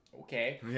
okay